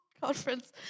conference